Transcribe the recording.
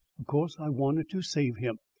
of course, i wanted to save him,